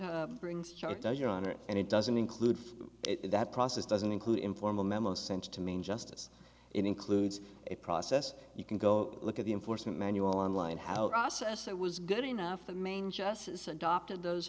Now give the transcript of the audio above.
brings charges your honor and it doesn't include that process doesn't include informal memo sent to main justice it includes a process you can go look at the enforcement manual online how that was good enough the main justice adopted those